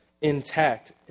intact